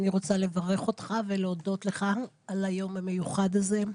אני רוצה לברך אותך ולהודות לך על היום המיוחד הזה.